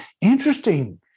interesting